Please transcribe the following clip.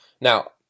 Now